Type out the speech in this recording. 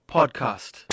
Podcast